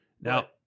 Now